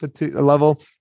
level